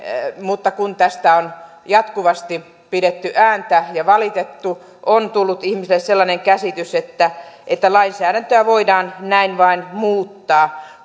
mutta kun tästä on jatkuvasti pidetty ääntä ja valitettu on tullut ihmisille sellainen käsitys että että lainsäädäntöä voidaan näin vain muuttaa